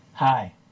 Hi